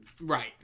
right